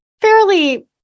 fairly